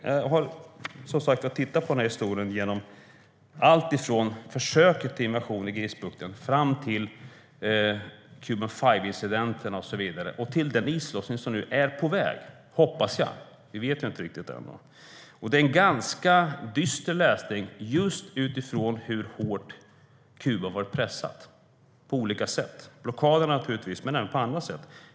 Jag har tittat på historien alltifrån försöket till invasion i Grisbukten fram till Cuban Five-incidenten och den islossning som nu är på väg, hoppas jag. Vi vet inte riktigt än. Det är en ganska dyster läsning just utifrån hur hårt Kuba har varit pressat på olika sätt, naturligtvis av blockaden men även på andra sätt.